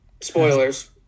Spoilers